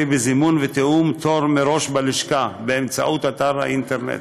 בזימון ותיאום תור מראש בלשכה באמצעות אתר האינטרנט.